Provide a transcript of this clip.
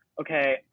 okay